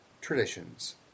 traditions